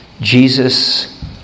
Jesus